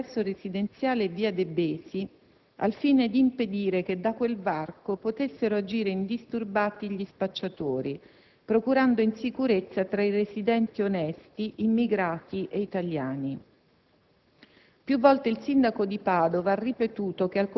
L'intervento è stato limitato al confine tra il complesso residenziale e via De Besi al fine di impedire che da quel varco potessero agire indisturbati gli spacciatori, procurando insicurezza tra i residenti onesti, immigrati e italiani.